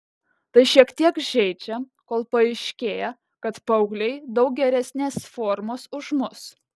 tai šiek tiek žeidžia kol paaiškėja kad paaugliai daug geresnės formos už mus